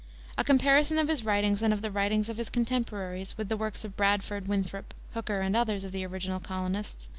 a comparison of his writings and of the writings of his contemporaries with the works of bradford, winthrop, hooker, and others of the original colonists,